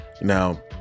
now